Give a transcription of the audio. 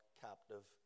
captive